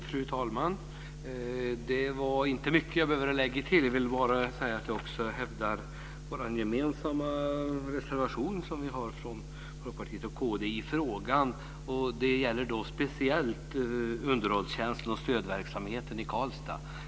Fru talman! Det är inte mycket jag behöver lägga till. Jag hävdar också vår gemensamma reservation från Folkpartiet och kd i frågan. Det gäller då speciellt underhållstjänsten och stödverksamheten i Karlstad.